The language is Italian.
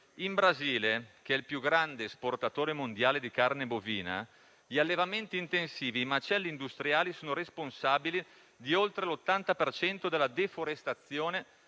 In Brasile, che è il più grande esportatore mondiale di carne bovina, gli allevamenti intensivi e i macelli industriali sono responsabili di oltre l'80 per cento della deforestazione